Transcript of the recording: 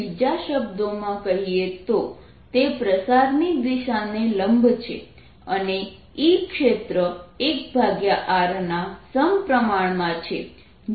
બીજા શબ્દોમાં કહીએ તો તે પ્રસારની દિશાને લંબ છે અને E ક્ષેત્ર 1r ના સમપ્રમાણમાં છે